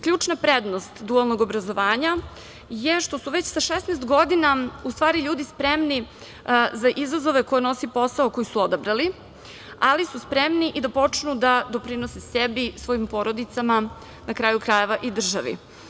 Ključna prednost dualnog obrazovanja je što su već sa 16 godina u stvari ljudi spremni za izazove koje nosi posao koji su odabrali, ali su spremni i da počnu da doprinose sebi, svojim porodicama, na kraju krajeva i državi.